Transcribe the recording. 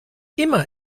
immer